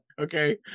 Okay